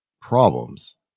problems